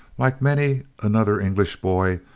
like many another english boy,